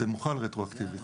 זה מוחל רטרואקטיבית.